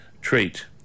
treat